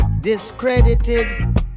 Discredited